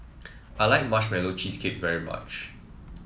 I like Marshmallow Cheesecake very much